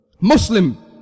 Muslim